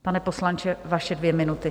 Pane poslanče, vaše dvě minuty.